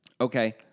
Okay